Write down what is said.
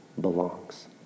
belongs